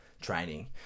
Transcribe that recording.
training